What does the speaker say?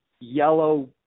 yellow